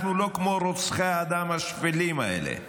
אנחנו לא כמו רוצחי האדם השפלים האלה.